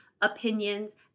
opinions